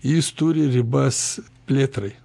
jis turi ribas plėtrai